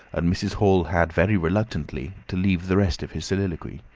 and mrs. hall had very reluctantly to leave the rest of his soliloquy.